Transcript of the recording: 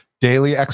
daily